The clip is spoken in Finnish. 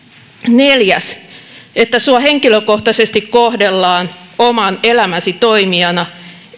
neljäs että sinua henkilökohtaisesti kohdellaan oman elämäsi toimijana